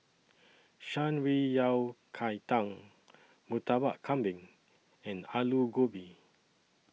Shan Rui Yao Cai Tang Murtabak Kambing and Aloo Gobi